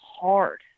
hard